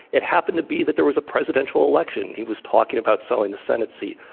it happened to be that there was a presidential election. he was talking about selling the senate seat.